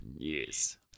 Yes